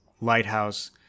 lighthouse